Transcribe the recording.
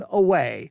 away